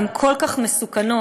הן כל כך מסוכנות,